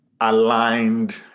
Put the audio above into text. aligned